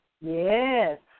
yes